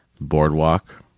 Boardwalk